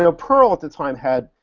you know perl at the time had,